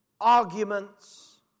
arguments